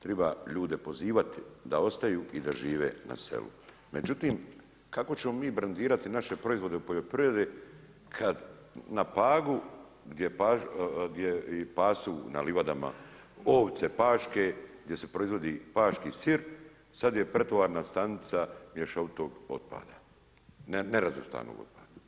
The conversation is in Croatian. Treba ljude pozivati da ostaju i da žive na selu, međutim kako ćemo mi brendirati naše proizvode u poljoprivredi kad na Pagu gdje i pasu na livadama ovce paške gdje se proizvodi paški sir sad je pretovarna stanica mješovitog otpada, nerazvrstanog otpada?